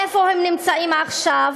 איפה הם נמצאים עכשיו?